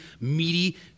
meaty